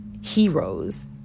heroes